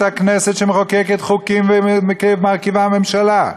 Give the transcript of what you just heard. הכנסת שמחוקקת חוקים ומרכיבה ממשלה,